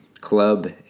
club